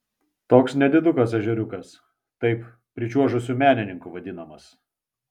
toks nedidukas ežeriukas taip pričiuožusių menininkų vadinamas